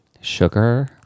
sugar